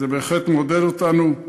זה בהחלט מעודד אותנו,